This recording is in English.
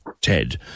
Ted